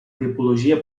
tipologia